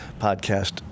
podcast